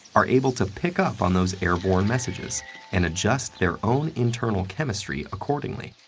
are able to pick up on those airborne messages and adjust their own internal chemistry accordingly.